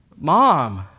Mom